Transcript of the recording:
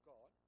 God